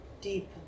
deep